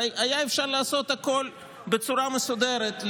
הרי אפשר היה לעשות הכול בצורה מסודרת,